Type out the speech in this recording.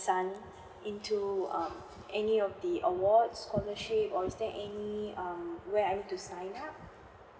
son into um any of the awards scholarships or is there any um where I have to sign up